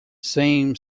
seemed